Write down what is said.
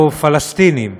או פלסטינים,